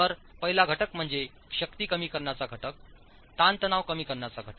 तर पहिला घटक म्हणजे शक्ती कमी करण्याचा घटक ताणतणाव कमी करणारा घटक